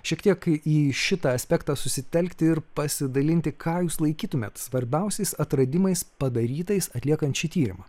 šiek tiek į šitą aspektą susitelkti ir pasidalinti ką jūs laikytumėt svarbiausiais atradimais padarytais atliekant šį tyrimą